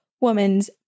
woman's